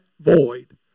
void